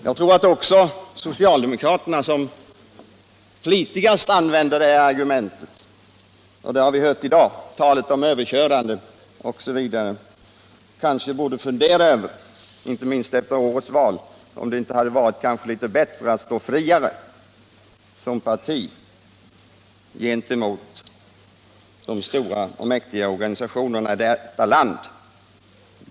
Jag tror att också socialdemokraterna som flitigast använder argument om överkörande etc. — vilket vi hört också i dag —- inte minst efter årets val borde fundera över om det inte hade varit bättre att stå friare som parti gentemot de åsyftade stora och mäktiga organisationerna i det här landet.